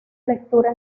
lectura